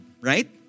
Right